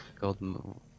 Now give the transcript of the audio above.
Golden